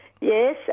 Yes